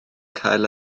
cael